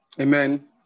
Amen